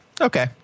Okay